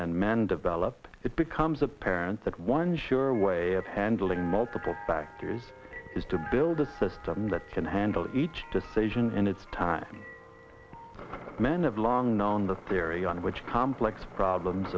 and man develop it becomes apparent that one sure way of handling multiple factors is to build a system that can handle each decision in its time men have long known the theory on which complex problems